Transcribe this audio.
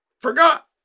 forgot